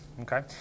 okay